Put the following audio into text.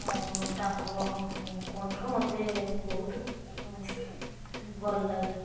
ଆଉ ତାଙ୍କ କଣ୍ଠ ମୋତେ ବହୁତ ଭଲ ଲାଗେ